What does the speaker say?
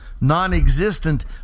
non-existent